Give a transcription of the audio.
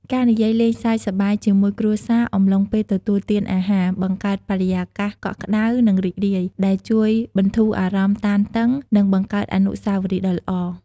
ការនិយាយលេងសើចសប្បាយជាមួយគ្រួសារអំឡុងពេលទទួលទានអាហារ បង្កើតបរិយាកាសកក់ក្តៅ និងរីករាយ ដែលជួយបន្ធូរអារម្មណ៍តានតឹង និងបង្កើតអនុស្សាវរីយ៍ដ៏ល្អ។